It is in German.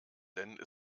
denn